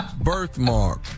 birthmark